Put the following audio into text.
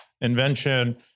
invention